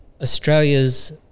Australia's